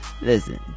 Listen